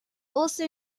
also